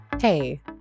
Hey